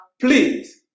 please